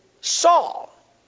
Saul